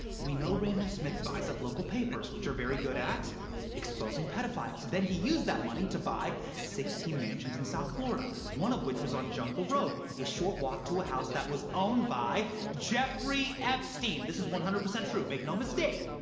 we know randall smith buys up local papers, which are very good at exposing pedophiles. then he used that money to buy sixteen mansions in south florida, one of which was on jungle road, a short walk to a house that was owned by jeffrey epstein! this is one hundred percent true. make no mistake,